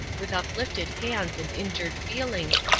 with uplifted hands and injured feelings,